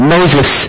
Moses